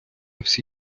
всі